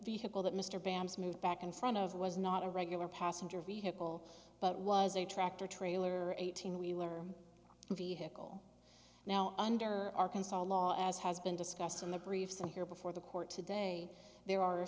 vehicle that mr bams moved back in front of was not a regular passenger vehicle but was a tractor trailer eighteen wheeler a vehicle now under arkansas law as has been discussed in the briefs and here before the court today there are a